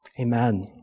Amen